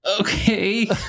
Okay